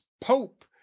pope